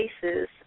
cases